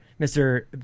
Mr